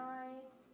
nice